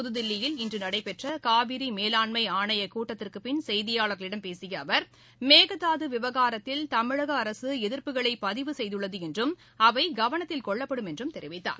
புதுதில்லியில் இன்று நடைபெற்ற காவிரி மேலாண்மை ஆணையத்திள் கூட்டத்திற்கு பிள் செய்தியாளர்களிடம் பேசிய அவர் மேதாது விவகாரத்தில் தமிழக அரசு எதிர்ப்புகளை பதிவு செய்துள்ளது என்றும் அவை கவனத்தில் கொள்ளப்படும் என்றும் தெரிவித்தார்